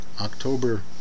October